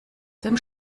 dem